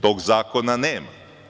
Tog zakona nema.